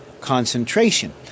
concentration